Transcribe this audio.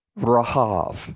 Rahav